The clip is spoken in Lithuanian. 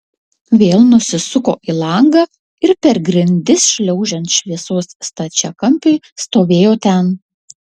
vėl nusisuko į langą ir per grindis šliaužiant šviesos stačiakampiui stovėjo ten